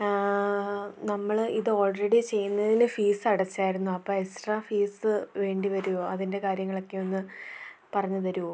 ആ നമ്മൾ ഇത് ഓൾറെഡി ചെയ്യുന്നതിന് ഫീസടച്ചായിരുന്നു അപ്പം എക്സ്ട്രാ ഫീസ് വേണ്ടി വരുമോ അതിൻ്റെ കാര്യങ്ങളൊക്കെയൊന്ന് പറഞ്ഞു തരുമോ